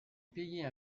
payer